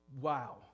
Wow